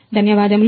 ధన్యవాదములు